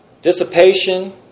Dissipation